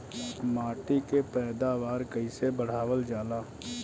माटी के पैदावार कईसे बढ़ावल जाला?